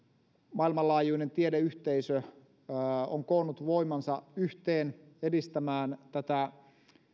maailmanlaajuinen tiedeyhteisö on koonnut voimansa yhteen edistämään tätä